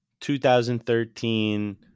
2013